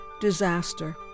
disaster